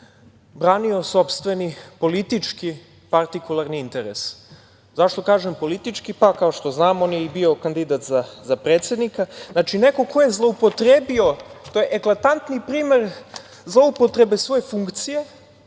branio sopstveni politički partikularni interes. Zašto kažem politički? Pa, kao što znamo, on je i bio kandidat za predsednika. Znači, neko ko je zloupotrebio, to je eklatantni primer zloupotrebe svoje funkcije